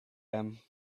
him